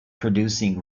producing